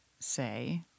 say